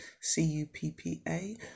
C-U-P-P-A